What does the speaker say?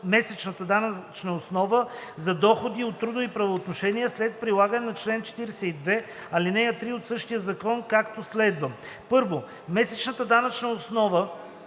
месечната данъчна основа за доходи от трудови правоотношения след прилагане на чл. 42, ал. 3 от същия закон, както следва: 1. месечната данъчна основа